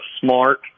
smart